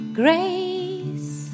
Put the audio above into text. grace